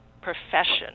profession